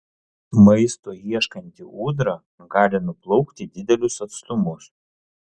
maisto ieškanti ūdra gali nuplaukti didelius atstumus